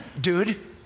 dude